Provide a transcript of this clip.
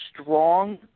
strong